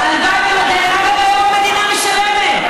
אגב, היום המדינה משלמת.